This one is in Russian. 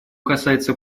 касается